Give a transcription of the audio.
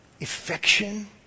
affection